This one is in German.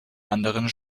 anderen